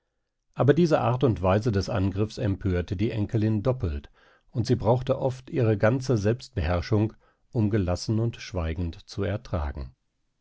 aber diese art und weise des angriffs empörte die enkelin doppelt und sie brauchte oft ihre ganze selbstbeherrschung um gelassen und schweigend zu ertragen